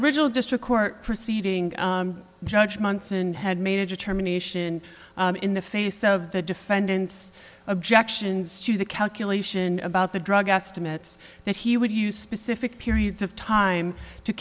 original district court proceeding judge months and had made a determination in the face of the defendant's objections to the calculation about the drug estimates that he would use specific periods of time to